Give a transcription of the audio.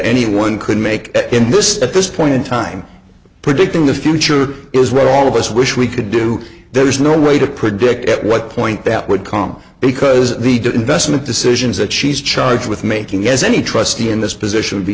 anyone could make it in this at this point in time predicting the future is what all of us wish we could do there's no way to predict at what point that would come because the did investment decisions that she's charged with making as any trustee in this position would be